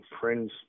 friends